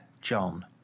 John